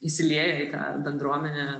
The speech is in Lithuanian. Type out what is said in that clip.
įsilieja į tą bendruomenę